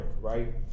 right